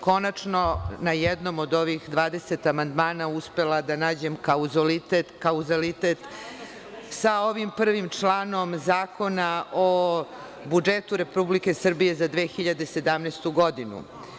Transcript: Konačno sam na jednom od ovih dvadeset amandmana uspela da nađem kauzolitet sa ovim prvim članom Zakona o budžet Republike Srbije za 2017. godinu.